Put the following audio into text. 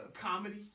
comedy